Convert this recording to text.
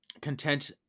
content